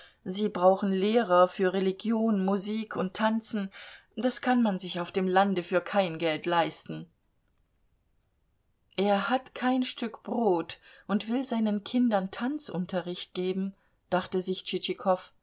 sie brauchen lehrer für religion musik und tanzen das kann man sich auf dem lande für kein geld leisten er hat kein stück brot und will seinen kindern tanzunterricht geben dachte sich